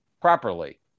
properly